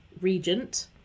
regent